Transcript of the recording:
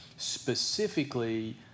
Specifically